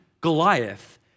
Goliath